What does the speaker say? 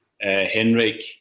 Henrik